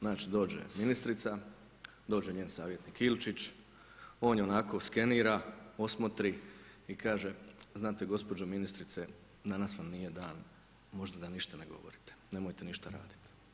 Znači, dođe ministrica, dođe njen savjetnik Ilčić on je onako skenira, posmotri i kaže, znate gospođo ministrice, danas vam nije dan, možda da ništa ne govorite, nemojte ništa raditi.